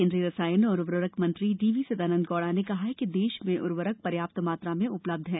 केन्द्रीय रसायन और उर्वरक मंत्री डीवी सदानंद गौड़ा ने कहा है कि देश में उर्वरक पर्याप्त मात्रा में उपलब्ध हैं